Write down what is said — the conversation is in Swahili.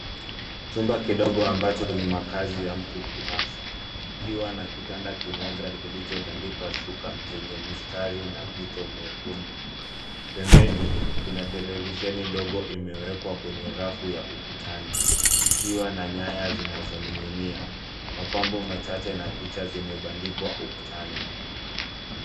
Chumba kidogo ambacho ni makazi ya mtu binafsi, kikiwa na kitanda kimoja kilichotandikwa shuka zenye mistari na mito mwekundu. Pembeni, kuna televisheni ndogo imewekwa kwenye rafu ya ukutani. Ikiwa na nyaya zinazoning'inia. Mapambo machache na picha zimebandikwa ukutani.